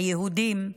היהודים,